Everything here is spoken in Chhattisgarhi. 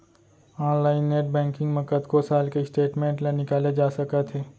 ऑनलाइन नेट बैंकिंग म कतको साल के स्टेटमेंट ल निकाले जा सकत हे